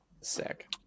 Sick